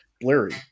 blurry